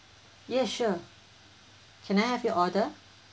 yes sure can I have your order